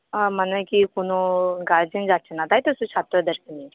মানে কি কোনো গার্জেন যাচ্ছে না তাই তো শুধু ছাত্রদেরকে নিয়ে